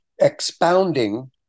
expounding